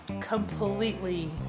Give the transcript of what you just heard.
completely